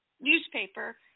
newspaper